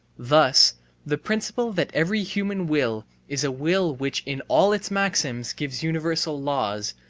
thus the principle that every human will is a will which in all its maxims gives universal laws,